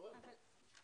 חבל.